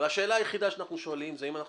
והשאלה היחידה שאנחנו שואלים היא אם אנחנו